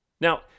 Now